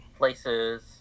places